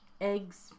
eggs